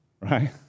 Right